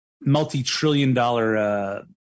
multi-trillion-dollar